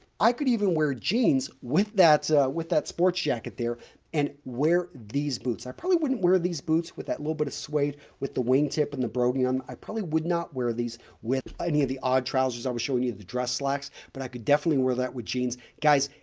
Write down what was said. i could even wear jeans with that with that sports jacket there and wear these boots. i probably wouldn't wear these boots with that little bit of suede with the wingtip and the broguing. i'm i probably would not wear these with any of the odd trousers i was showing you the dress slacks, but i could definitely wear that with jeans. guys,